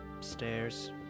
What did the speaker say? stairs